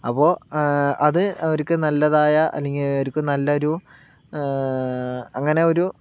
അപ്പോൾ അത് അവർക്ക് നല്ലതായ അല്ലെങ്കിൽ അവർക്ക് നല്ലൊരു അങ്ങനെ ഒരു